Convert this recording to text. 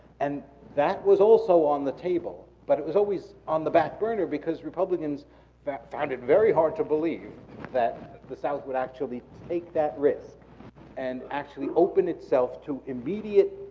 and that was also on the table, but it was always on the back burner because republicans found it very hard to believe that the south would actually take that risk and actually open itself to immediate,